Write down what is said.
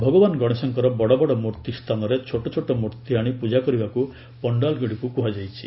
ଭଗବାନ ଗଣେଶଙ୍କର ବଡ଼ବଡ଼ ମୂର୍ତ୍ତି ସ୍ଥାନରେ ଛୋଟଛୋଟ ମୂର୍ତ୍ତି ଆଶି ପ୍ରଜା କରିବାକୁ ପଣ୍ଡାଲଗୁଡ଼ିକୁ କହିଛନ୍ତି